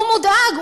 הוא מודאג,